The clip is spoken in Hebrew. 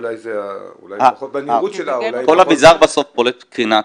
אולי זה פחות בנראות שלה -- כל אביזר בסוף פולט קרינה כנראה.